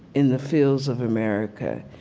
in the fields of america.